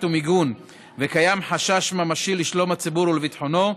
והמיגון וקיים חשש ממשי לשלום הציבור ולביטחונו,